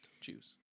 Choose